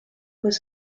was